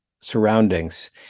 surroundings